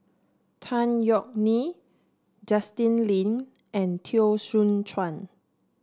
Tan Yeok Nee Justin Lean and Teo Soon Chuan